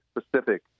specific